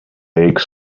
lake